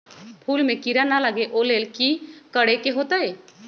फूल में किरा ना लगे ओ लेल कि करे के होतई?